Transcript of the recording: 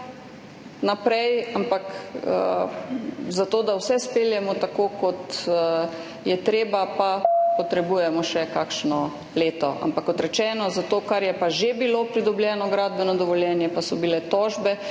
naprej, ampak zato da vse izpeljemo tako, kot je treba, pa potrebujemo še kakšno leto. Kot rečeno, za to, za kar je že bilo pridobljeno gradbeno dovoljenje, pa so bile tožbe,